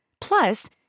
Plus